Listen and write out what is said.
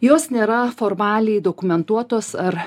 jos nėra formaliai dokumentuotos ar